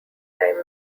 time